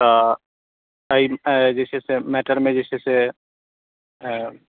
तऽ एहिमे जे छै से मैटरमे जे छै से